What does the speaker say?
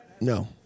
No